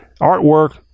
artwork